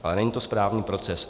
Ale není to správní proces.